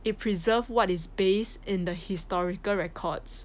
it preserve what is base in the historical records